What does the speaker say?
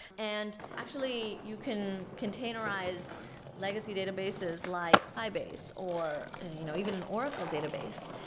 and actually you can containerize legacy databases like sybase or you know even an oracle database,